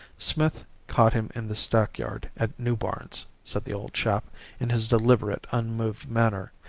smith caught him in the stackyard at new barns said the old chap in his deliberate, unmoved manner,